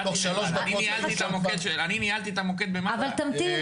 אני ניהלתי את המוקד במד"א עד 2018,